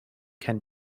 can